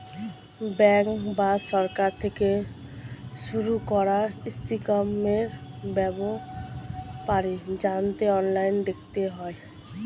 bank বা সরকার থেকে শুরু করা স্কিমের ব্যাপারে জানতে অনলাইনে দেখতে হয়